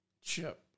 chip